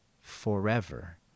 forever